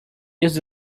used